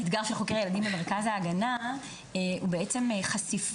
האתגר של חוקרי הילדים במרכז ההגנה הוא חשיפה